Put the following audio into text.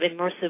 immersive